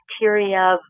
bacteria